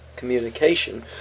Communication